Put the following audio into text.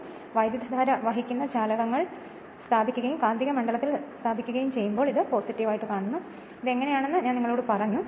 അതിനാൽ അതിനർത്ഥം വൈദ്യുതധാര വഹിക്കുന്ന ചാലകങ്ങൾ സ്ഥാപിക്കുകയും കാന്തിക മണ്ഡലത്തിൽ സ്ഥാപിക്കുകയും ചെയ്യുമ്പോൾ ഇത് ആണ് ഇത് എങ്ങനെയാണെന്ന് ഞാൻ നിങ്ങളോട് പറഞ്ഞു